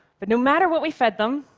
but no matter what we fed them,